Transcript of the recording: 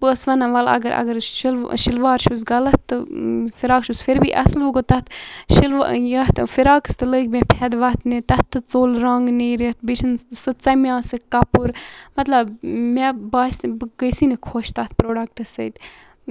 بہٕ ٲسٕس وَنان وَل اگر اگر شلوار چھُس غَلط تہٕ فِراک چھُس پھر بی اَصٕل وۄنۍ گوٚو تَتھ شلوارَس یَتھ فِراکَس تہِ لٕگۍ مےٚ فید وَتھنہِ تَتھ تہِ ژۄل رَنٛگ نیٖرِتھ بییہِ چھنہٕ سُہ ژَمیو سُہ کَپُر مَطلب مےٚ باسہِ بہٕ گٔے سٕے نہٕ خۄش تَتھ پرٛوڈَکٹَس سۭتۍ